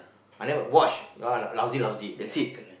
I never watch lousy lousy that's it